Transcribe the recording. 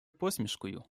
посмішкою